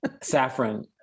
Saffron